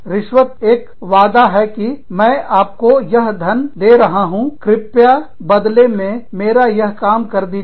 रिश्वत एक वादा है कि मैं आपको यह धन दे रहा हूं कृपया बदले में मेरा यह काम कर दीजिए